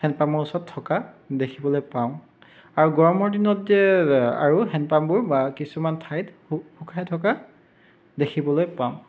hand পাম্পৰ ওচৰত থকা দেখিবলৈ পাওঁ আৰু গৰমৰ দিনত যে আৰু হেণ্ড পাম্পবোৰ কিছুমান ঠাইত শু শুকাই থকা দেখিবলৈ পাওঁ